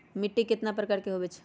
मिट्टी कतना प्रकार के होवैछे?